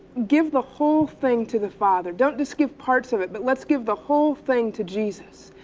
give the whole thing to the father. don't just give parts of it, but let's give the whole thing to jesus.